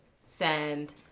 send